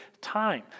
time